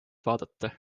vaadata